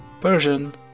Persian